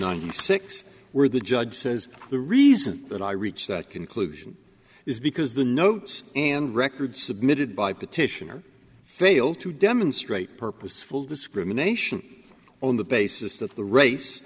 ninety six where the judge says the reason that i reached that conclusion is because the notes and record submitted by petitioner failed to demonstrate purposeful discrimination on the basis that the race